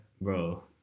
bro